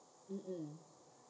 um um